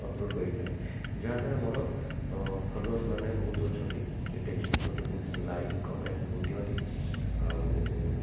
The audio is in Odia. ଅପଲୋଡ଼୍ କରିଥାଏ ଯାହା ଦ୍ୱାରା ମୋର ଫଲୋର୍ସ ମାନେ ବହୁତ ଅଛନ୍ତି ସେମାନେ ଦେଖିକି ବହୁତ ଲାଇକ୍ କମେଣ୍ଟ ଦିଅନ୍ତି ଆଉ